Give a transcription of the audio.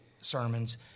sermons